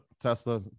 Tesla